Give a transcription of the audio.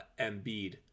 Embiid